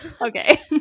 Okay